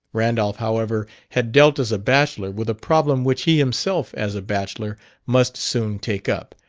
randolph, however, had dealt as a bachelor with a problem which he himself as a bachelor must soon take up,